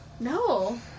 No